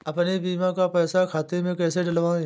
अपने बीमा का पैसा खाते में कैसे डलवाए?